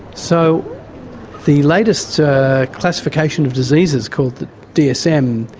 so the latest classification of diseases, called the dsm,